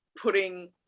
putting